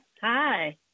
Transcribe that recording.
Hi